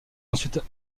ensuite